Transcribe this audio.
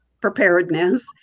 preparedness